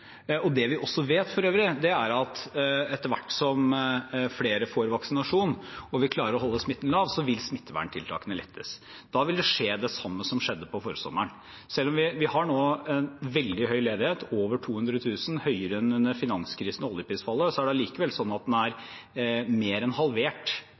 jobb. Det vi også for øvrig vet, er at etter hvert som flere får vaksinasjon og vi klarer å holde smitten lav, vil smitteverntiltakene lettes. Da vil det skje det samme som skjedde på forsommeren. Selv om vi nå har en veldig høy ledighet, over 200 000 – det er høyere enn under finanskrisen og oljeprisfallet – er det allikevel slik at den